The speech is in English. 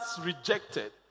rejected